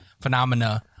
phenomena